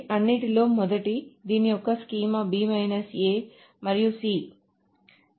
అన్నింటిలో మొదటిది దీని యొక్క స్కీమా మరియు C